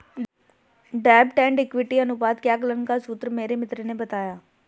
डेब्ट and equity अनुपात के आकलन का सूत्र मेरे मित्र ने बताया